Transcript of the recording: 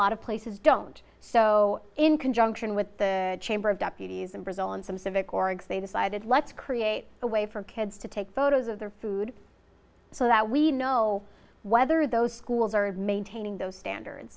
lot of places don't so in conjunction with the chamber of deputies in brazil and some civic or eggs they decided let's create a way for kids to take photos of their food so that we know whether those schools are maintaining those standards